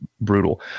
brutal